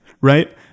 right